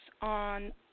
on